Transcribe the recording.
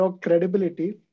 credibility